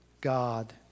God